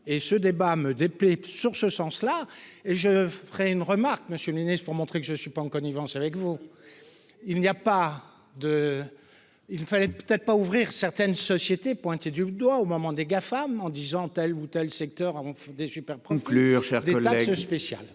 et ce débat me déplaît sur ce sens-là et je ferai une remarque, Monsieur le Ministre, pour montrer que je ne suis pas en connivence avec vous, il n'y a pas de : il fallait peut-être pas ouvrir certaines sociétés pointés du doigt au moment des Gafam en disant : tel ou tel, secteur avant des superbes conclure cherche des plaques spéciales